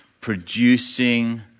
producing